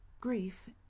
Grief